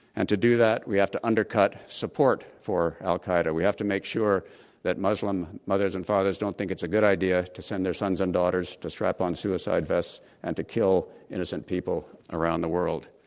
and to do that, we have to undercut support for al-qaeda. we have to make sure that muslim mothers and fathers don't think it's a good idea to send their sons and daughters to strap on suicide vests and to kill innocent people around the world.